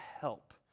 help